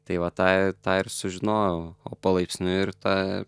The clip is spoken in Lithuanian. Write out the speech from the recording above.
tai va tą i tą ir sužinojau o palaipsniui ir taip